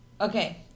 Okay